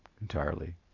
entirely